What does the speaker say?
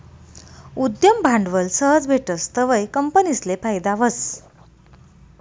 उद्यम भांडवल सहज भेटस तवंय कंपनीसले फायदा व्हस